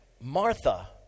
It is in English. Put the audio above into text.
Martha